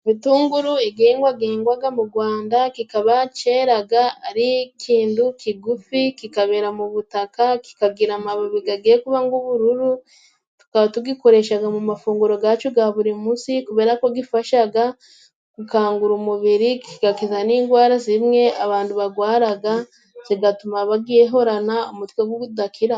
Ibitunguru igihingwa gihingwaga mu Gwanda kikaba cyeraga ari ikintu kigufi, kikabera mu butaka, kikagira amababi gagiye kuba nk'ubururu. Tukaba tugikoresha mu mafunguro gacu ga buri munsi, kubera ko gifashaga gukangura umubiri, kigakiza n'indwara zimwe abantu bagwaraga, zigatuma bahorana umutwe gudakira.